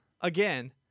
again